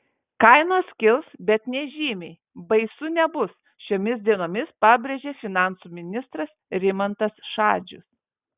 kainos kils bet nežymiai baisu nebus šiomis dienomis pabrėžė finansų ministras rimantas šadžius